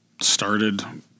started